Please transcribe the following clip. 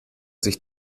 sich